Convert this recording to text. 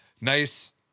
nice